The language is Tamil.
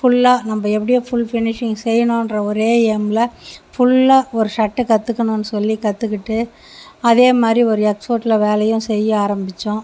ஃபுல்லாக நம்ப எப்படியோ ஃபுல் ஃபினிஷிங் செய்யுனுன்ற ஒரே எயிம்மில ஃபுல்லாக ஒரு சட்டை கற்றுக்கனுன்னு சொல்லி கற்றுக்கிட்டு அதே மாதிரி ஒரு எக்ஸ்போர்ட்டில வேலையும் செய்ய ஆரம்பிச்சோம்